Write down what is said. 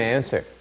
answer